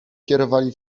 kierowali